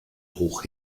hoch